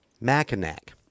Mackinac